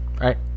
Right